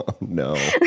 No